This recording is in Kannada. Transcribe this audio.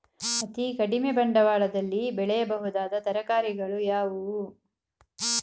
ಅತೀ ಕಡಿಮೆ ಬಂಡವಾಳದಲ್ಲಿ ಬೆಳೆಯಬಹುದಾದ ತರಕಾರಿಗಳು ಯಾವುವು?